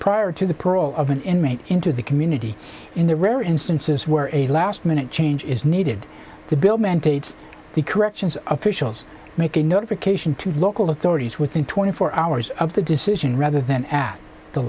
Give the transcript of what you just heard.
prior to the parole of an inmate into the community in the rare instances where a last minute change is needed to build mandates the corrections officials make a notification to local authorities within twenty four hours of the decision rather than at the